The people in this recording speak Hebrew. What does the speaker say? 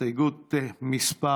הסתייגות מס'